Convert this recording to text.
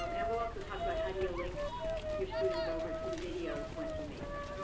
um and we'll also talk about how do you link your students over to the videos once you make them.